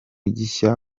gishya